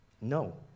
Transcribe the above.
no